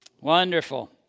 Wonderful